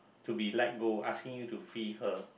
to be let go asking you to free her